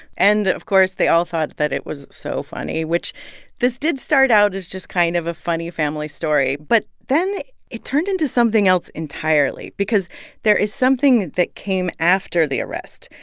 and, of course, they all thought that it was so funny, which this did start out as just kind of a funny family story, but then it turned into something else entirely because there is something that came after the arrest,